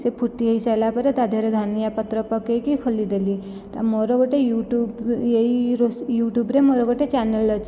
ସେ ଫୁଟି ହୋଇସାଇଲା ପରେ ତା' ଦେହରେ ଧନିଆ ପତ୍ର ପକାଇକି ଖୋଲିଦେଲି ମୋର ଗୋଟିଏ ୟୁଟ୍ୟୁବ୍ ୟୁଟ୍ୟୁବ୍ରେ ମୋର ଗୋଟିଏ ଚ୍ୟାନେଲ୍ ଅଛି